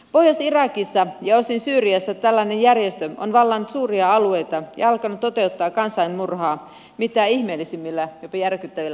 pohjois irakissa ja osin syyriassa tällainen järjestö on vallannut suuria alueita ja alkanut toteuttaa kansanmurhaa mitä ihmeellisimmillä jopa järkyttävillä tavoilla